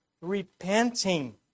repenting